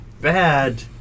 bad